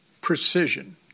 precision